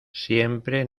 siempre